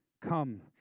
come